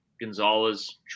Gonzalez